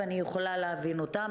אני יכולה להבין אותם,